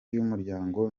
y’umuryango